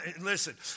listen